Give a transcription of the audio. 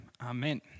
amen